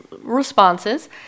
responses